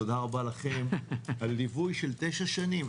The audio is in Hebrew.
תודה רבה לכן על ליווי של תשע שנים,